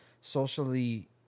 socially